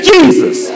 Jesus